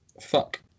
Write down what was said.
Fuck